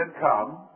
come